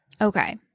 okay